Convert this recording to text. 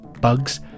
Bugs